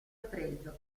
pregio